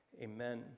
Amen